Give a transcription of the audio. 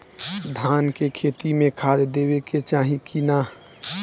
धान के खेती मे खाद देवे के चाही कि ना?